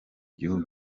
gihugu